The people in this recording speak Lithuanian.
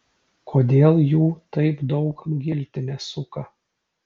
kodėl jų taip daug giltinė suka